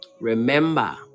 remember